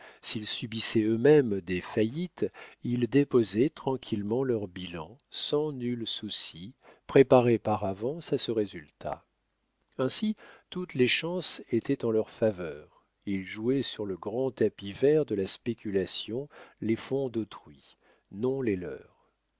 s'ils subissaient eux-mêmes des faillites ils déposaient tranquillement leur bilan sans nul souci préparés par avance à ce résultat ainsi toutes les chances étaient en leur faveur ils jouaient sur le grand tapis vert de la spéculation les fonds d'autrui non les leurs